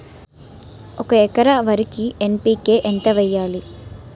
ఒక ఎకర వరికి ఎన్.పి.కే ఎంత వేయాలి?